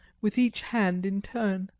with each hand in turn.